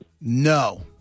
No